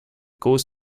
goes